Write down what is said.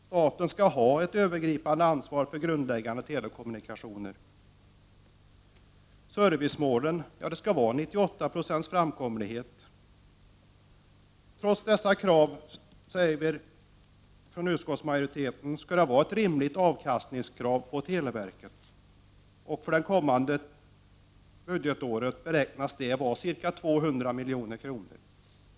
Staten skall ha ett övergripande ansvar för de grundläggande telekommunikationerna. Servicemålet skall vara 98 70 framkomlighet. Trots dessa krav skall televerket ha ett rimligt avkastningskrav på sig, som för kommande budgetår beräknas till ca 200 milj.kr.